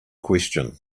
question